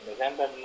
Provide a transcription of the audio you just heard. November